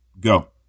go